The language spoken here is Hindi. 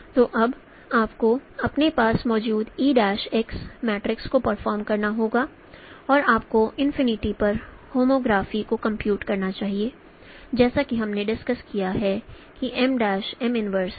तो अब आपको अपने पास मौजूद e'X को परफॉर्म करना होगा और आपको इनफिनिटी पर होमोग्राफी को कंप्यूट करना चाहिए जैसा कि हमने डिस्कस्ड किया है कि MM 1 है